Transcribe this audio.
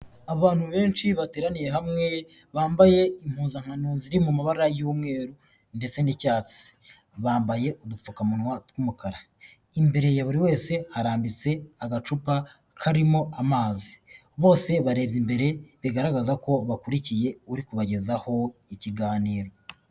Abantu benshi bateraniye hamwe bambaye impuzankano ziri mu mabara y'umweru ndetse n'icyatsi, bambaye udupfukamunwa tw'umukara, imbere ya buri wese harambitse agacupa karimo amazi, bose barebye imbere bigaragaza ko bakurikiye uri kubagezaho ikiganiro.